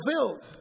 fulfilled